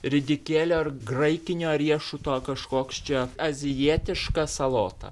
ridikėlio ir graikinio riešuto kažkoks čia azijietiška salota